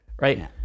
right